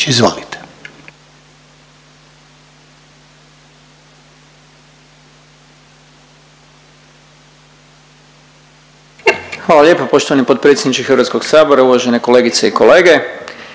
(HSLS)** Hvala lijepo poštovani potpredsjedniče Hrvatskog sabora. Uvažene kolegice i kolege,